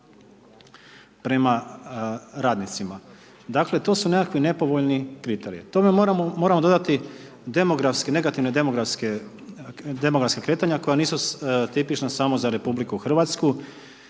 prema radnicima. Dakle, to su nekakvi nepovoljni kriteriji, tome moramo dodati negativna demografska kretanja koja nisu tipična samo za RH već i u